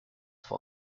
vor